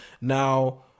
now